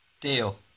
Deal